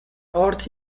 earth